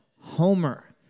Homer